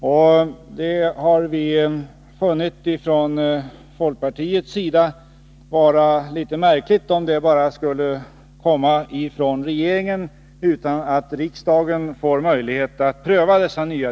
Vi har från folkpartiets sida funnit det vara litet märkligt, om de nya direktiven bara skulle komma från regeringen utan att riksdagen får möjlighet att pröva dem.